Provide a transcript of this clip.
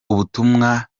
ubutumwa